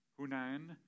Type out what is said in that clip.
Hunan